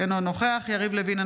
אינו נוכח יריב לוין,